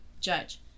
judge